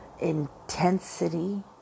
intensity